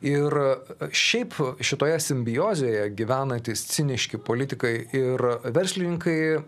ir šiaip šitoje simbiozėje gyvenantys ciniški politikai ir verslininkai